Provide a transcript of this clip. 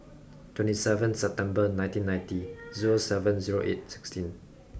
twenty seven September nineteen ninety zero seven zero eight sixteen